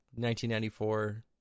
1994